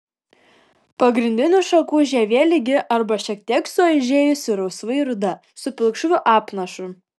pagrindinių šakų žievė lygi arba šiek tiek suaižėjusi rausvai ruda su pilkšvu apnašu